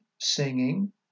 singing